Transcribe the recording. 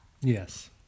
Yes